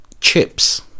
chips